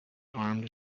armed